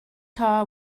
car